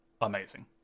amazing